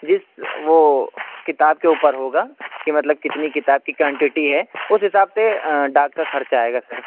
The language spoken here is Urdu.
جس وہ کتاب کے اوپر ہوگا کہ مطلب کتنی کتاب کی کانٹٹی ہے اس حساب سے ڈاک کا خرچ آئے گا سر